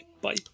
Bye